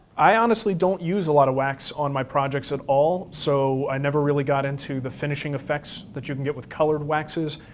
i honestly don't use a lot of wax on my projects at all, so i never really got into the finishing effects that you can get with colored waxes.